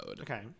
Okay